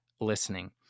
listening